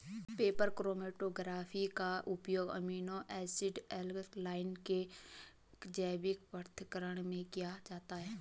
paper chromatography का उपयोग amino acid alkaloid के जैविक पृथक्करण में किया जाता है